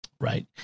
Right